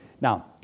Now